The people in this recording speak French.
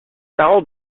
parents